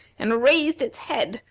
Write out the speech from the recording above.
and raised its head,